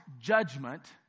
judgment